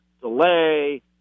delay